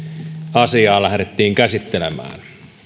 asiaa lähdettiin käsittelemään